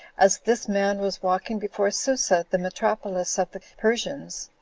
as this man was walking before susa, the metropolis of the persians,